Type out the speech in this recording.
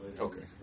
Okay